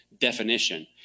definition